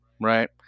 right